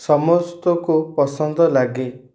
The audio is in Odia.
ସମସ୍ତଙ୍କୁ ପସନ୍ଦ ଲାଗେ